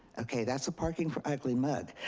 okay, that's the parking for ugly mug.